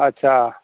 अच्छा